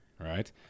right